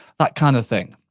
that kind of thing.